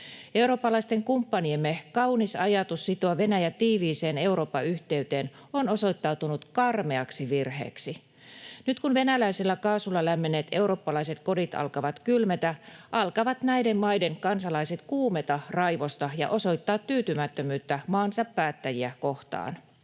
Eurooppalaisten kumppaniemme kaunis ajatus sitoa Venäjä tiiviiseen Euroopan yhteyteen on osoittautunut karmeaksi virheeksi. Nyt kun venäläisellä kaasulla lämmenneet eurooppalaiset kodit alkavat kylmetä, alkavat näiden maiden kansalaiset kuumeta raivosta ja osoittaa tyytymättömyyttä maansa päättäjiä kohtaan.